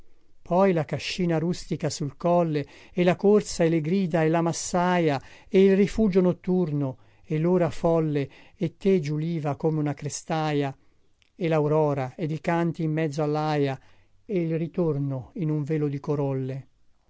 poi la cascina rustica del colle e la corsa e le grida e la massaia e il rifugio notturno e lora folle e te giuliva come una crestaia e laurora ed i canti in mezzo allaia e il ritorno in un velo di corolle